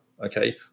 okay